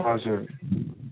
हजुर